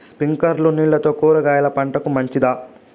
స్ప్రింక్లర్లు నీళ్లతో కూరగాయల పంటకు మంచిదా?